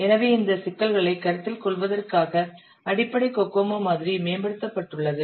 எனவே இந்த சிக்கல்களைக் கருத்தில் கொள்வதற்காக அடிப்படை கோகோமோ மாதிரி மேம்படுத்தப்பட்டுள்ளது